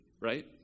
right